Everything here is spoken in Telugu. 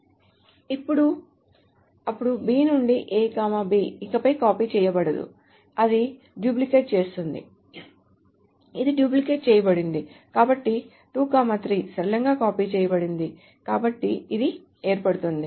ఇప్పుడు అప్పుడు B నుండి A B ఇకపై కాపీ చేయబడదు అది డూప్లికేట్ చేస్తుంది ఇది డూప్లికేట్ చేయబడింది కాబట్టి 2 3 సరళంగా కాపీ చేయబడింది కాబట్టి ఇది ఏర్పడుతుంది